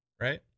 right